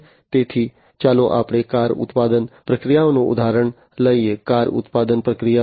તેથી ચાલો આપણે કાર ઉત્પાદન પ્રક્રિયાનું ઉદાહરણ લઈએ કાર ઉત્પાદન પ્રક્રિયા